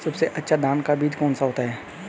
सबसे अच्छा धान का बीज कौन सा होता है?